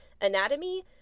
Anatomy